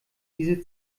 diese